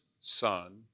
son